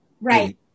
Right